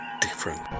different